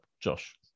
Josh